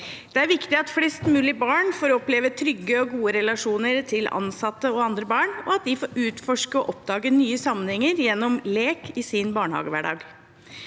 Det er viktig at flest mulig barn får oppleve trygge og gode relasjoner til ansatte og andre barn, og at de får utforske og oppdage nye sammenhenger gjennom lek i sin barnehagehverdag.